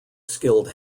skilled